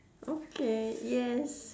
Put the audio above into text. okay yes